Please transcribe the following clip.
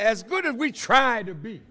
as good as we tried to be